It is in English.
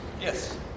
Yes